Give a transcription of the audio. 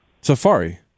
Safari